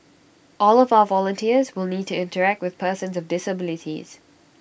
all of our volunteers will need to interact with persons of disabilities